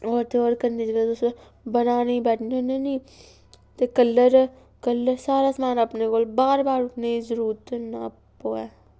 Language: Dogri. होर ते होर कन्नै जेह्ड़ा बनाने गी बैठनी होनी निं ते कलर कलर साढ़े सनाए दे अपने कोल ते बार बार उट्ठने दी जरूरत ई नेईं पवै